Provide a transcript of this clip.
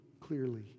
clearly